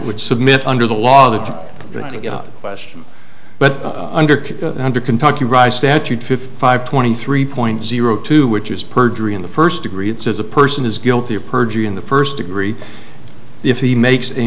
would submit under the law the question but under under kentucky right statute fifty five twenty three point zero two which is perjury in the first degree it says a person is guilty of perjury in the first degree if he makes a